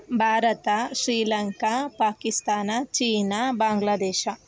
Bharat Sri Lanka Pakistan China Bangladesh